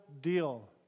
deal